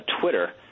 Twitter